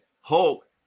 Hulk